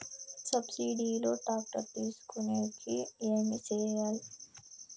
Subsidy లో tractor తీసుకొనేకి ఏమి చేయాలి? ఏమేమి పేపర్లు కావాలి?